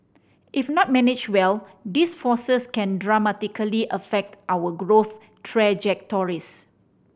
if not managed well these forces can dramatically affect our growth trajectories